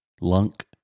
lunk